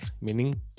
meaning